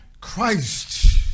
Christ